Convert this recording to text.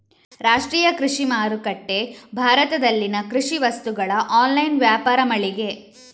ರಾಷ್ಟ್ರೀಯ ಕೃಷಿ ಮಾರುಕಟ್ಟೆ ಭಾರತದಲ್ಲಿನ ಕೃಷಿ ವಸ್ತುಗಳ ಆನ್ಲೈನ್ ವ್ಯಾಪಾರ ಮಳಿಗೆ